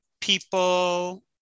People